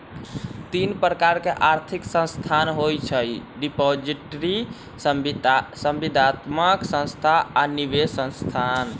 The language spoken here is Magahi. तीन प्रकार के आर्थिक संस्थान होइ छइ डिपॉजिटरी, संविदात्मक संस्था आऽ निवेश संस्थान